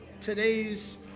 today's